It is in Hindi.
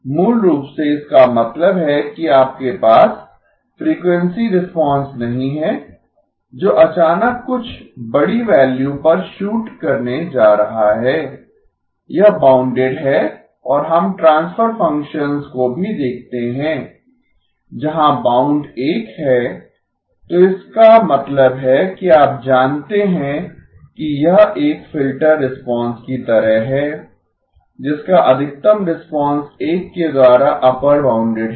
मूल रूप से इसका मतलब है कि आपके पास फ्रीक्वेंसी रिस्पांस नहीं है जो अचानक कुछ बड़ी वैल्यू पर शूट करने जा रहा है यह बाउंडेड है और हम ट्रांसफर फ़ंक्शंस को भी देखते हैं जहां बाउंड 1 है तो इसका मतलब है कि आप जानते हैं कि यह एक फिल्टर रिस्पांस की तरह है जिसका अधिकतम रिस्पांस 1 के द्वारा अपर बाउंडेड है